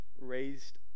raised